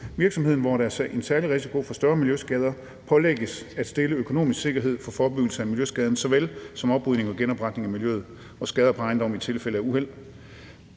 virksomheder, hvor der er en særlig risiko for større miljøskader, pålægges at stille økonomisk sikkerhed for forebyggelse af miljøskaden såvel som oprydning og genopretning af miljøet og skader på ejendommen i tilfælde af uheld,